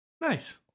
nice